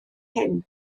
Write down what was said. hyn